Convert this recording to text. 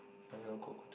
I only know coco